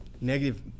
negative